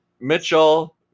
Mitchell